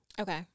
Okay